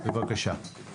בבקשה.